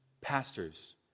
pastors